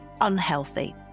unhealthy